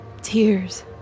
Tears